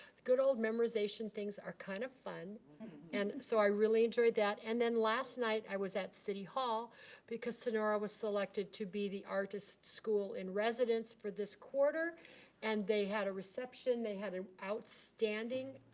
the good old memorization things are kind of fun and so i really enjoyed that and then last night i was at city hall because sonora was selected to be the artist school in residence for this quarter and they had a reception. they had an outstanding